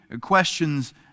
questions